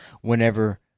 whenever